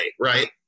right